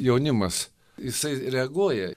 jaunimas jisai reaguoja